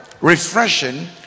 refreshing